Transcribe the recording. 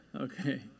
Okay